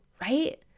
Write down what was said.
right